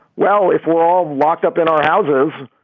well, if we're all locked up in our houses,